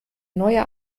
neue